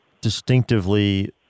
distinctively